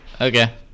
Okay